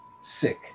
sick